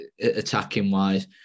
attacking-wise